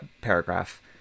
paragraph